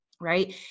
right